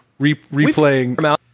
replaying